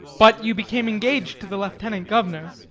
but you became engaged to the lieutenant governor.